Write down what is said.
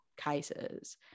cases